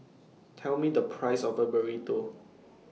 Tell Me The Price of Burrito